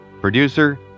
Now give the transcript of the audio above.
Producer